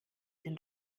den